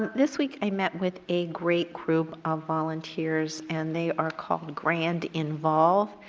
this week, i met with a great group of volunteers and they are called grand involve.